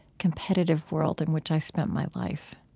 competitive world in which i spent my life.